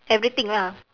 everything lah